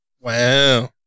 Wow